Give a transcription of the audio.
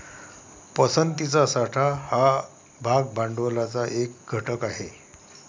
पसंतीचा साठा हा भाग भांडवलाचा एक घटक आहे